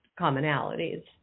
commonalities